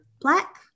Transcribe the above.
Black